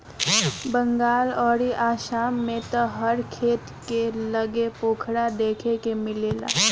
बंगाल अउरी आसाम में त हर खेत के लगे पोखरा देखे के मिलेला